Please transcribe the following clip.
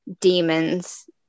demons